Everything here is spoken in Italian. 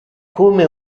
come